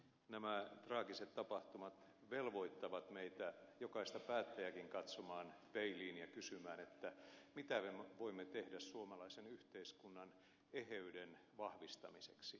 nämä traagiset tapahtumat velvoittavat meitä jokaista päättäjääkin katsomaan peiliin ja kysymään mitä me voimme tehdä suomalaisen yhteiskunnan eheyden vahvistamiseksi